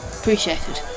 appreciated